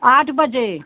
आठ बजे